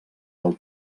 del